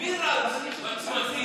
מי רץ בצמתים,